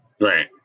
Right